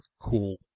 cool